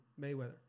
Mayweather